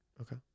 Okay